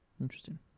Interesting